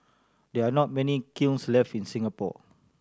there are not many kilns left in Singapore